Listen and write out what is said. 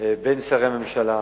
בין שרי הממשלה,